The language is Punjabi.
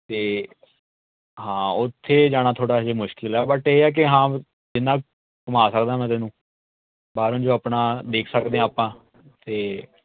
ਅਤੇ ਹਾਂ ਉੱਥੇ ਜਾਣਾ ਥੋੜ੍ਹਾ ਹਜੇ ਮੁਸ਼ਕਿਲ ਹੈ ਬਟ ਇਹ ਹੈ ਕਿ ਹਾਂ ਜਿੰਨਾਂ ਘੁੰਮਾ ਸਕਦਾ ਮੈਂ ਤੈਨੂੰ ਬਾਹਰੋਂ ਜੋ ਆਪਣਾ ਦੇਖ ਸਕਦੇ ਆ ਆਪਾਂ ਅਤੇ